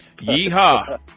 Yeehaw